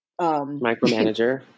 micromanager